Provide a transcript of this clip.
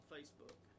Facebook